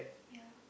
yeah